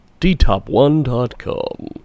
DTOP1.com